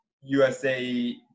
USA